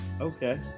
okay